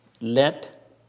Let